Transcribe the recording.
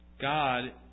God